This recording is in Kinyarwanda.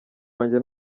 wanjye